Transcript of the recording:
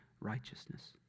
righteousness